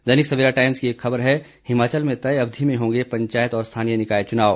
दैनिक Savera Times की एक खबर है हिमाचल में तय अवधि में होंगे पंचायत और स्थानीय निकाय चुनाव